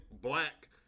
black